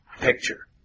picture